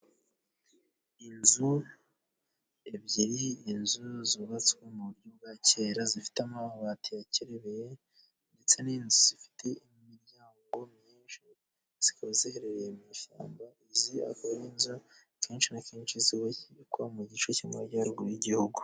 Inzu ebyiri, inzu zubatswe mu buryo bwa kera zifite amabati yakerebeye, ndetse ni inzu zifite imiryango myinshi, zikaba ziherereye mu ishyamba. Izi akaba ari inzu akenshi na kenshi zubakwa mu gice cy'Amajyaruguru y'igihugu.